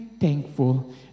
thankful